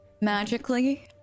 magically